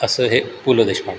असं हे पु ल देशपांडे